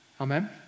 Amen